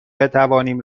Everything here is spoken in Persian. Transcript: بتوانیم